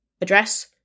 address